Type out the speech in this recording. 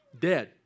Dead